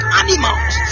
animals